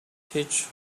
teach